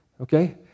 okay